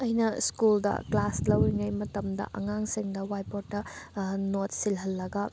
ꯑꯩꯅ ꯁ꯭ꯀꯨꯜꯗ ꯀ꯭ꯂꯥꯁ ꯂꯧꯔꯤꯉꯩ ꯃꯇꯝꯗ ꯑꯉꯥꯡꯁꯤꯡꯗ ꯋꯥꯏꯠ ꯕꯣꯔ꯭ꯗꯇ ꯅꯣꯠ ꯁꯤꯜꯍꯜꯂꯒ